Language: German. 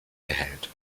erhält